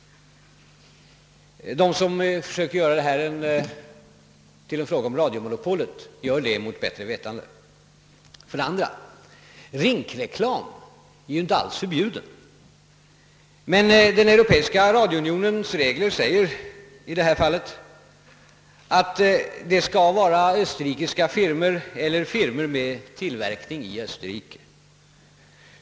De som försöker göra detta till en fråga om radiomonopolet handlar mot bättre vetande. För det andra är rinkreklam inte alls förbjuden, men Europeiska radiounionens regler säger i detta fall att den måste gälla österrikiska firmor eller företag med tillverkning i Österrike.